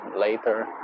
later